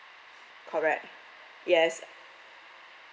correct yes